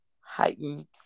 heightened